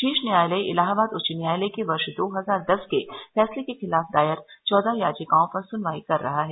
शीर्ष न्यायालय इलाहाबाद उच्च न्यायालय के वर्ष दो हजार दस के फैसले के खिलाफ दायर चौदह याचिकाओं पर सुनवाई कर रहा है